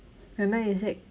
remember you said